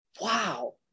wow